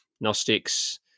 Gnostics